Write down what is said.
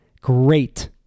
great